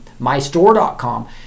mystore.com